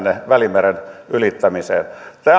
välimeren ylittämiseen tämä on kyllä